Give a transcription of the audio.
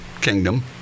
Kingdom